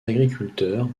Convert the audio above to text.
agriculteurs